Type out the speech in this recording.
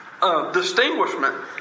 Distinguishment